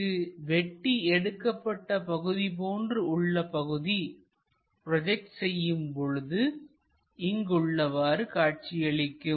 இங்கு வெட்டி எடுக்கப்பட்ட பகுதி போன்று உள்ள பகுதி ப்ரோஜெக்ட் செய்யப்படும் பொழுது இங்கு உள்ளவாறு காட்சியளிக்கும்